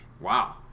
wow